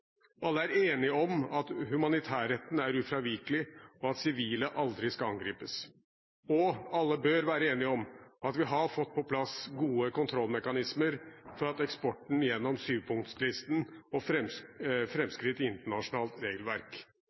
Alle er enige om at humanitærretten er ufravikelig, og at sivile aldri skal angripes. Og alle bør være enige om at vi har fått på plass gode kontrollmekanismer for eksporten gjennom sjupunktslisten og framskritt i internasjonalt regelverk.